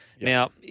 Now